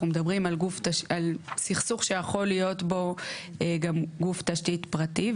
אנחנו מדברים על סכסוך שיכול להיות בו גם גוף תשתית פרטי,